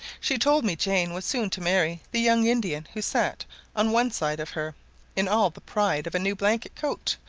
she told me jane was soon to marry the young indian who sat on one side of her in all the pride of a new blanket coat,